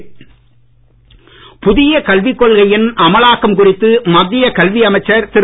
நிஷாங்க் புதிய கல்வி கொள்கையின் அமலாக்கம் குறித்து மத்திய கல்வி அமைச்சர் திரு